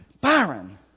Byron